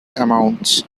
amounts